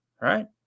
Right